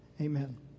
Amen